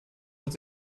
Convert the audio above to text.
wird